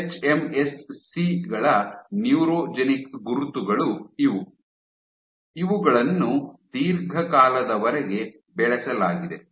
HMSC ಗಳ neurogenic ಗುರುತುಗಳು ಇವು ಇವುಗಳನ್ನು ದೀರ್ಘಕಾಲದವರೆಗೆ ಬೆಳೆಸಲಾಗಿದೆ